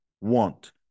want